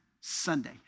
Sunday